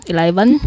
Eleven